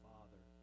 Father